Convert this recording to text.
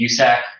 USAC